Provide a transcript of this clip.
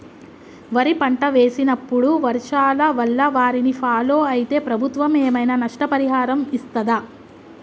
వరి పంట వేసినప్పుడు వర్షాల వల్ల వారిని ఫాలో అయితే ప్రభుత్వం ఏమైనా నష్టపరిహారం ఇస్తదా?